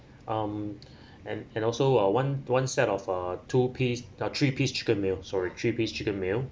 um and and also uh one one set of uh two piece uh three piece chicken meal sorry three piece chicken meal